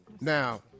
now